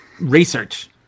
research